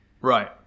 Right